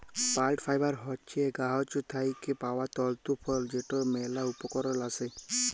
plant fibre হছে গাহাচ থ্যাইকে পাউয়া তল্তু ফল যেটর ম্যালা উপকরল আসে